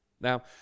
Now